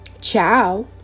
Ciao